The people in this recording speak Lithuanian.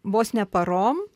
vos ne parom